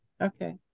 okay